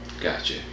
Gotcha